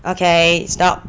okay stop